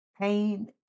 pain